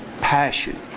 passion